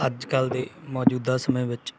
ਅੱਜ ਕੱਲ੍ਹ ਦੇ ਮੌਜੂਦਾ ਸਮੇਂ ਵਿੱਚ